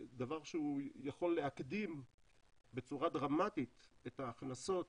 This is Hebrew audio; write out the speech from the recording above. דבר שהוא יכול להקדים בצורה דרמטית את ההכנסות